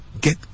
get